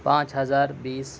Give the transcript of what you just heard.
پانچ ہزار بیس